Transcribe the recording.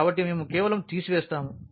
కాబట్టి మేము కేవలం తీసివేస్తాము